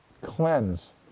cleanse